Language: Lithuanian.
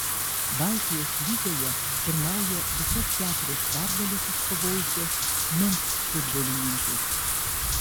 baltijos lygoje pirmauja visas keturias pergales iškovojusios minsk futbolininkės